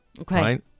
okay